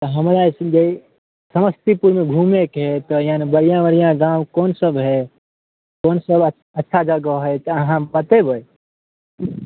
हमरा एकबेर समस्तीपुरमे घुमैके हइ तऽ हिआँ बढ़िआँ बढ़िआँ गाम कोनसब हइ कोनसब आब अच्छा जगह हइ तऽ अहाँ बतेबै